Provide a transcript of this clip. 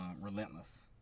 relentless